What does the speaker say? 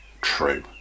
true